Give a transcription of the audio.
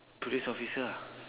police officer ah